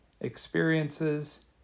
experiences